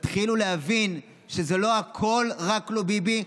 תתחילו להבין שזה לא הכול "רק לא ביבי",